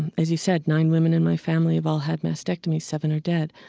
and as you said, nine women in my family have all had mastectomies, seven are dead.